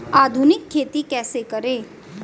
आधुनिक खेती कैसे करें?